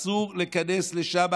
אסור להיכנס לשם.